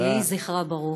יהי זכרה ברוך.